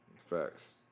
Facts